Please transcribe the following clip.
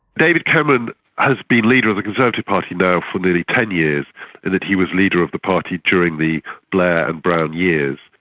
david cameron has been leader of the conservative party now for nearly ten years and he was leader of the party during the blair and brown years.